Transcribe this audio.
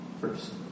first